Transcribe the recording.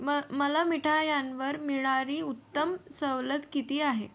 म मला मिठायांवर मिळणारी उत्तम सवलत किती आहे